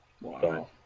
Wow